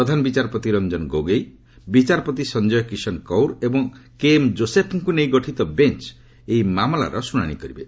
ପ୍ରଧାନ ବିଚାରପତି ରଞ୍ଜନ ଗୋଗୋଇ ବିଚାରପତି ସଞ୍ଜୟ କିଶନ୍ କୌର୍ ଏବଂ କେ ଏମ୍ ଯୋଶେଫ୍ଙ୍କୁ ନେଇ ଗଠିତ ବେଞ୍ ଏହି ମାମଲାର ଶୁଣାଣି କରିବେ